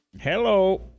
Hello